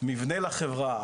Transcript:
מבנה לחברה,